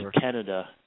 Canada